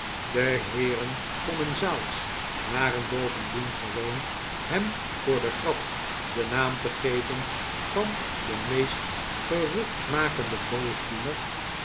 de heeren commensaals waren bovendien gewoon hem voor de grap den naam te geven van den meest geruchtmakehden boosdoener